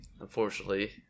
unfortunately